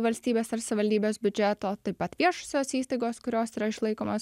valstybės ar savivaldybės biudžeto taip pat viešosios įstaigos kurios yra išlaikomos